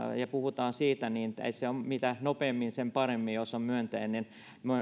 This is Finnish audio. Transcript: ja puhutaan siitä niin mitä nopeammin sen parempi jos on